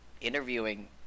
interviewing